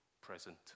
present